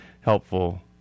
helpful